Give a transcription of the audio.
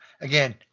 again